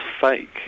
fake